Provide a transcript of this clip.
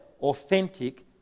authentic